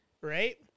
right